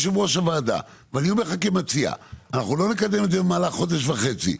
אנחנו לא נקדם את זה במהלך חודש וחצי.